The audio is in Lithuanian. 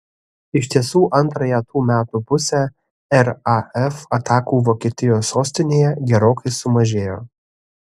iš tiesų antrąją tų metų pusę raf atakų vokietijos sostinėje gerokai sumažėjo